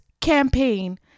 campaign